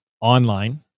online